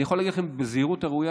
אני יכול להגיד לכם בזהירות הראויה,